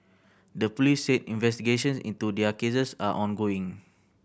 the police said investigations into their cases are ongoing